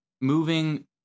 moving